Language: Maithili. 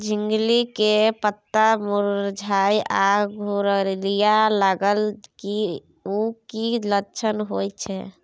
झिंगली के पत्ता मुरझाय आ घुघरीया लागल उ कि लक्षण होय छै?